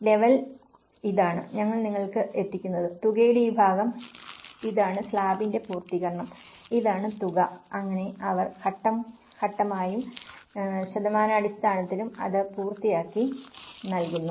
level ഇതാണ് ഞങ്ങൾ നിങ്ങൾക്ക് എത്തിക്കുന്നത് തുകയുടെ ഈ ഭാഗം ഇതാണ് സ്ലാബിന്റെ പൂർത്തീകരണം ഇതാണ് തുക അങ്ങനെ അവർ ഘട്ടം ഘട്ടമായും ശതമാനാടിസ്ഥാനത്തിലും അത് പൂർത്തിയാക്കി നൽകുന്നു